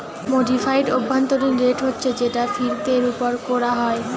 modified অভ্যন্তরীণ rate হচ্ছে যেটা ফিরতের উপর কোরা হয়